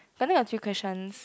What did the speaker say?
but then got three questions